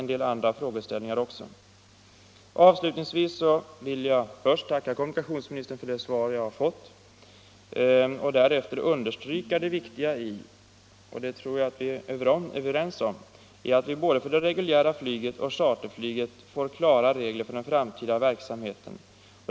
En del andra frågeställningar finns som sagt också. Avslutningsvis vill jag dels tacka kommunikationsministern för det svar jag fått, dels understryka det viktiga i att man — och det tror jag att vi är överens om =— när det gäller både det reguljära flyget och charterflyget får klara regler för den framtida verksamheten.